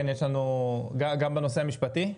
גם בנושא המשפטי?